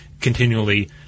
continually